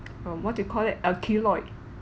from what do you call that a keloid